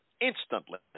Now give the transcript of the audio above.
instantly